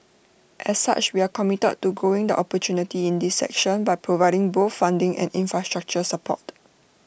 as such we are committed to growing the opportunities in this sector by providing both funding and infrastructure support